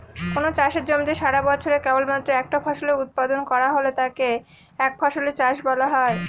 কোনো চাষের জমিতে সারাবছরে কেবলমাত্র একটা ফসলের উৎপাদন করা হলে তাকে একফসলি চাষ বলা হয়